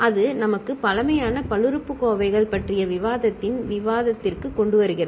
அது நமக்கு பழமையான பல்லுறுப்புக்கோவைகள் பற்றிய விவாதத்தின் விவாதத்திற்கு கொண்டு வருகிறது